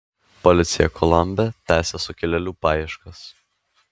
policija kolombe tęsia sukilėlių paieškas